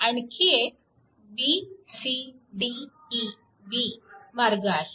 आणखी एक b c d e b मार्ग आहे